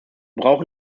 brauchen